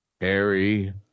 Harry